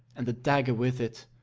and the dagger with it,